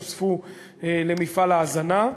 נוספו למפעל ההזנה,